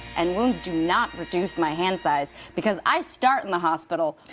and wounds do not reduce my hand size because i start in the hospital.